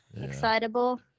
excitable